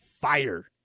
fire